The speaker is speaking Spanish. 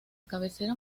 cabecera